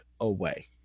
away